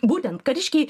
būtent kariškiai